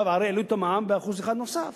הרי עכשיו העלו את המע"מ ב-1% נוסף,